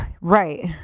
right